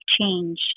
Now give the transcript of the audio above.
change